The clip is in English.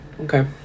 Okay